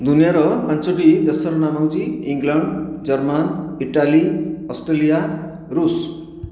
ଦୁନିଆଁର ପାଞ୍ଚୋଟି ଦେଶର ନାମ ହେଉଛି ଇଂଲଣ୍ଡ ଜର୍ମାନ୍ ଇଟାଲୀ ଅଷ୍ଟ୍ରେଲିଆ ଋଷ